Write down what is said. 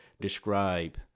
describe